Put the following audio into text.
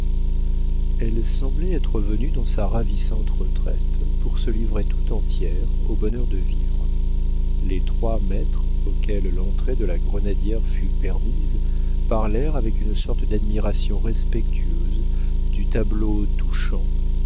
elle semblait être venue dans sa ravissante retraite pour se livrer tout entière au bonheur de vivre les trois maîtres auxquels l'entrée de la grenadière fut permise parlèrent avec une sorte d'admiration respectueuse du tableau touchant